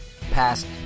past